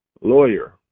Lawyer